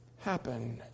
happen